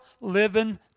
living